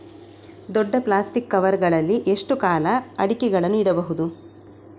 ದೊಡ್ಡ plastic cover ಗಳಲ್ಲಿ ಎಷ್ಟು ಕಾಲ ಅಡಿಕೆಗಳನ್ನು ಇಡಬಹುದು?